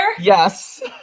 Yes